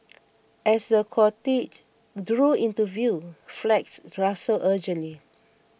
as the cortege drew into view flags rustled urgently